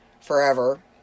forever